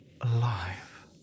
alive